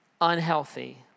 unhealthy